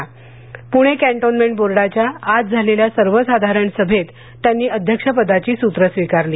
Pune cantonment बोर्डाच्या आज झालेल्या सर्वसाधारण सभेत त्यांनी अध्यक्षपदाची सूत्र स्वीकारली